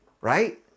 right